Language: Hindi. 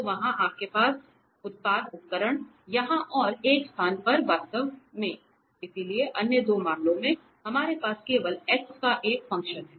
तो वहाँ आपके पास उत्पाद उपकरण यहाँ और एक स्थान पर वास्तव में इसलिए अन्य दो मामलों में हमारे पास केवल x का एक फंक्शन है